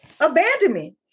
Abandonment